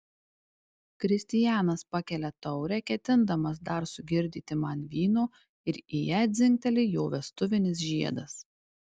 kristijanas pakelia taurę ketindamas dar sugirdyti man vyno ir į ją dzingteli jo vestuvinis žiedas